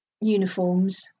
uniforms